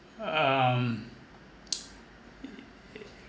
um